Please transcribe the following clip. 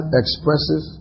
expresses